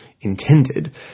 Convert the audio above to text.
intended